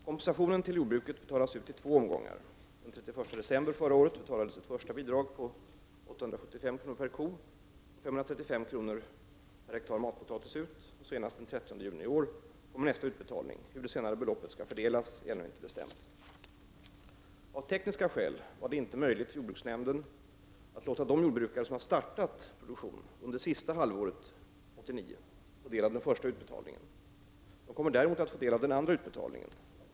Kompensationen till jordbruket betalas ut i två omgångar. Den 31 december 1989 betalades ett första bidrag på 875 kr. ha matpotatis ut, och senast den 30 juni i år kommer nästa utbetalning. Hur det senare beloppet skall fördelas är ännu inte bestämt. Av tekniska skäl var det inte möjligt för jordbruksnämnden att låta de jordbrukare som startat produktion under sista halvåret 1989 få del av den första utbetalningen. De kommer däremot att få del av den andra utbetalningen.